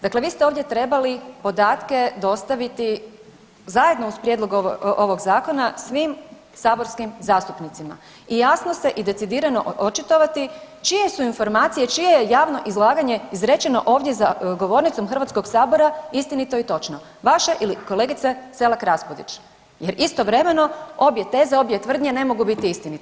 Dakle, vi ste ovdje trebali podatke dostaviti zajedno uz prijedlog ovog zakona svim saborskim zastupnicima i jasno se i decidirano očitovati čije su informacije, čije je javno izlaganje izrečeno ovdje za govornicom HS-a istinito i točno, vaše ili kolegice Selak Raspudić jer istovremeno obje teze, obje tvrdnje ne mogu biti istinite.